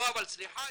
אבל סליחה,